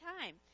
time